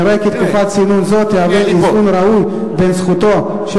נראה כי תקופת צינון זו תהווה איזון ראוי בין זכותו של